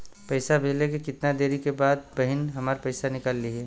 पैसा भेजले के कितना देरी के बाद बहिन हमार पैसा निकाल लिहे?